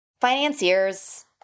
Financiers